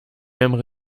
mêmes